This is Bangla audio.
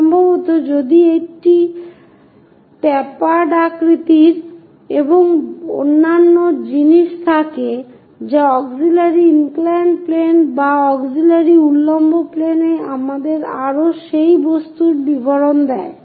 সম্ভবত যদি একটি ট্যাপার্ড আকৃতি এবং অন্যান্য জিনিস থাকে যা অক্সিলিয়ারি ইনক্লাইড প্লেন বা অক্সিলিয়ারি উল্লম্ব প্লেনে আমাদের আরো সেই বস্তুর বিবরণ দেয়